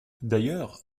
d’ailleurs